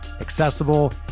accessible